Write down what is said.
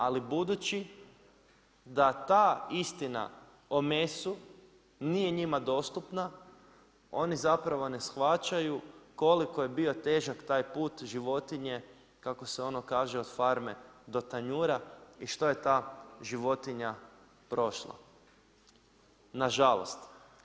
Ali budući da ta istina o mesu nije njima dostupna oni zapravo ne shvaćaju koliko je bio težak taj put životinje kako se ono kaže od farme do tanjura i što je ta životinja prošla, nažalost.